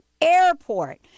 Airport